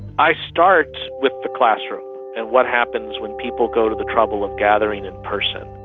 i start with the classroom and what happens when people go to the trouble of gathering in person.